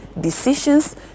decisions